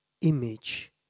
image